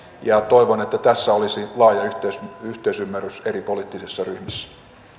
ja toivon että tästä olisi laaja yhteisymmärrys eri poliittisissa ryhmissä